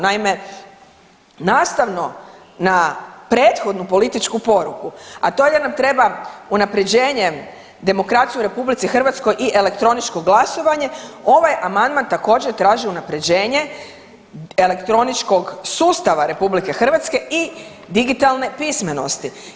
Naime, nastavno na prethodnu politiku poruku, a to je da nam treba unapređenje demokracije u RH i elektroničko glasanje ovaj amandman također traži unapređenje elektroničkog sustava RH i digitalne pismenosti.